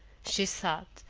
she thought,